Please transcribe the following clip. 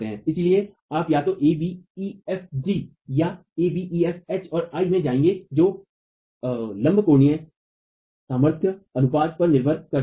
और इसलिए आप या तो a b e f g या a b e f h और i मैं जाएंगे जो ऑर्थोगोनललंब कोणीय सामर्थ्य अनुपात पर निर्भर करता है